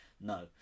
no